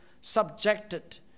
subjected